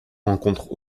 rencontrent